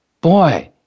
boy